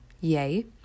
yay